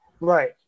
Right